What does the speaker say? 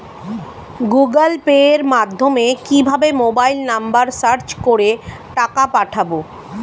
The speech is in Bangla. গুগোল পের মাধ্যমে কিভাবে মোবাইল নাম্বার সার্চ করে টাকা পাঠাবো?